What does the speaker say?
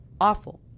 awful